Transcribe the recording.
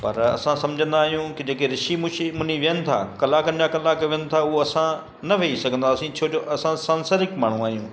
पर असां समुझंदा आहियूं कि जेके ऋषी मुशी मुनि वियुनि था कलाकनि जा कलाक वियनि था उहे असां न वेही सघंदासीं छो जो असां सांसारिक माण्हू आहियूं